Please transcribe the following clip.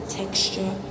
texture